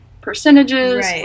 percentages